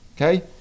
Okay